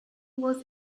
was